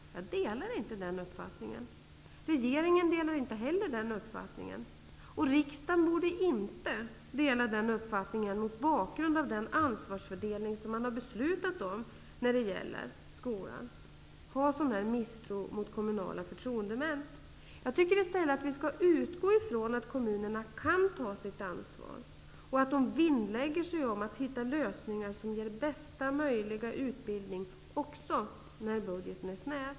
Jag delar inte den uppfattningen. Regeringen delar inte heller den uppfattningen. Riksdagen borde inte mot bakgrund av den ansvarsfördelning som man har beslutat om när det gäller skolan hysa en sådan misstro mot kommunala förtroendemän. Jag tycker i stället att vi skall utgå från att kommunerna kan ta sitt ansvar och att de vinnlägger sig om att hitta lösningar som ger bästa möjliga utbildning också när budgeten är snäv.